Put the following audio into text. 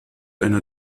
einer